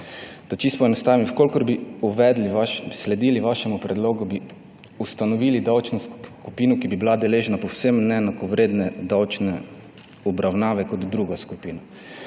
Da čisto poenostavim. Če bi sledili vašemu predlogu, bi ustanovili davčno skupino, ki bi bila deležna povsem neenakovredne davčne obravnave kot druga skupina.